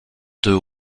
deux